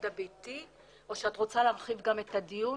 הביתי או שאת רצה להרחיב גם את הדיון